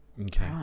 Okay